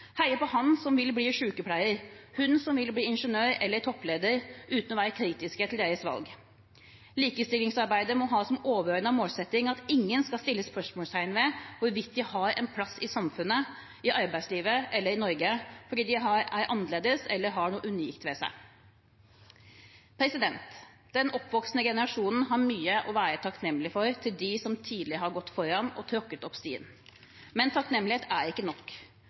heie på han som vil bli sykepleier, hun som vil bli ingeniør eller toppleder, uten å være kritiske til deres valg. Likestillingsarbeidet må ha som overordnet målsetting at ingen skal stille spørsmål ved hvorvidt de har en plass i samfunnet, i arbeidslivet eller i Norge, fordi de er annerledes eller har noe unikt ved seg. Den oppvoksende generasjonen har mye å være takknemlig for overfor dem som tidligere har gått foran og tråkket opp stien. Men takknemlighet er ikke nok.